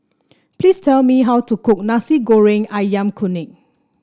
please tell me how to cook Nasi Goreng ayam Kunyit